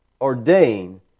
ordain